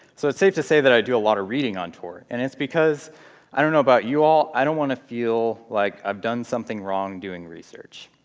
so it's safe to say that i do a lot of reading on tor. and it's because i don't know about you all i don't want to feel like i've done something wrong doing research.